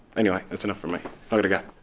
anyway, that's enough from me, i gotta go.